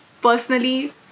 personally